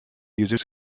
users